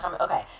Okay